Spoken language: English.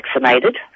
vaccinated